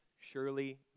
surely